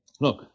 Look